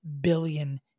billion